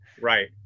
Right